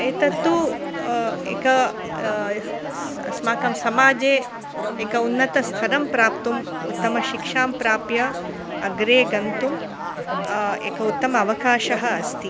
एतत्तु एकम् स् अस्माकं समाजे एकम् उन्नतस्थरं प्राप्तुम् उत्तमशिक्षां प्राप्य अग्रे गन्तुम् एकः उत्तमः अवकाशः अस्ति